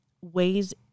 ways